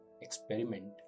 experiment